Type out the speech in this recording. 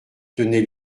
tenait